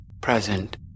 present